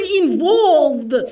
involved